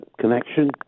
connection